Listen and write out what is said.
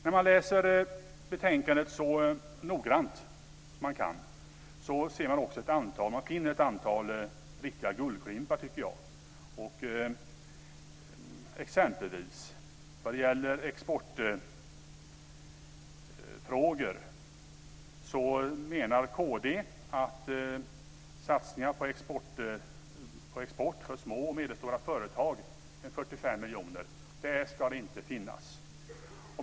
När man läser betänkandet så noggrant man kan tycker jag att man finner ett antal riktiga guldklimpar. När det exempelvis gäller exportfrågor menar kd att satsningarna på export för små och medelstora företag med 45 miljoner inte ska finnas.